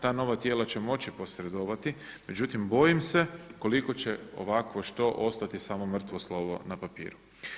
Ta nova tijela će moći posredovati međutim bojim se koliko će ovakvo što ostati samo mrtvo slovo na papiru.